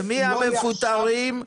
ומי המפוטרים?